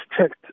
checked